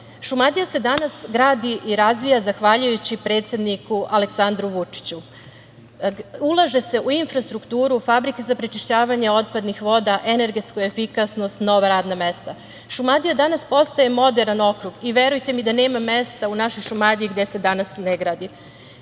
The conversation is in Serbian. vozila. Šumadija se danas gradi i razvija zahvaljujući predsedniku Aleksandru Vučiću. Ulaže se u infrastrukturu, u fabrike za prečišćavanje otpadnih voda, energetsku efikasnost, nova radna mesta. Šumadija danas postaje moderan okrug i verujte mi da nema mesta u našoj Šumadiji gde se danas ne gradi. Prošle